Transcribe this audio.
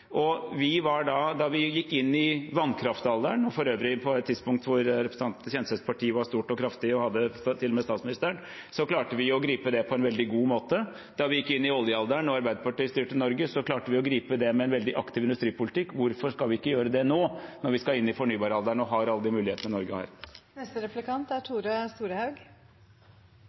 Da vi gikk inn i vannkraftalderen – for øvrig på et tidspunkt da representanten Kjenseths parti var stort og kraftig og til og med hadde statsministeren – klarte vi å gripe det på en veldig god måte. Da vi gikk inn i oljealderen og Arbeiderpartiet styrte Norge, klarte vi å gripe det med en veldig aktiv industripolitikk. Hvorfor skal vi ikke gjøre det nå når vi skal inn i fornybaralderen og har alle de mulighetene Norge har?